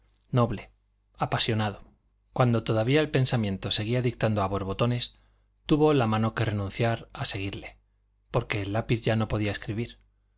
noble apasionado cuando todavía el pensamiento seguía dictando a borbotones tuvo la mano que renunciar a seguirle porque el lápiz ya no podía escribir